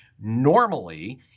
normally